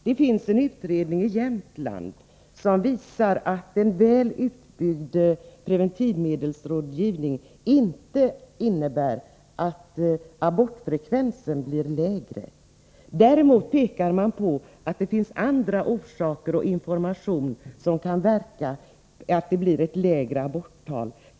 Det har gjorts en utredning i Jämtland som visar att en väl utbyggd preventivmedelsrådgivning inte innebär att abortfrekvensen blir lägre. Däremot pekar man på andra orsaker, t.ex. information, till att det blir lägre aborttal.